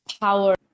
power